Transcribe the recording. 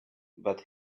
but